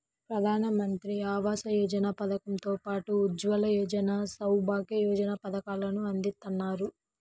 ప్రధానమంత్రి ఆవాస యోజన పథకం తో పాటు ఉజ్వల యోజన, సౌభాగ్య యోజన పథకాలను అందిత్తన్నారు